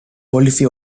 policy